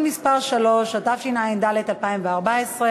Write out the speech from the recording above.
הצעת חוק התקשורת (בזק ושידורים)